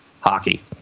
Hockey